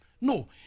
No